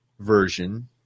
version